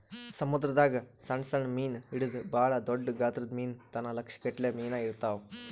ಸಮುದ್ರದಾಗ್ ದಾಗ್ ಸಣ್ಣ್ ಸಣ್ಣ್ ಮೀನ್ ಹಿಡದು ಭಾಳ್ ದೊಡ್ಡ್ ಗಾತ್ರದ್ ಮೀನ್ ತನ ಲಕ್ಷ್ ಗಟ್ಲೆ ಮೀನಾ ಇರ್ತವ್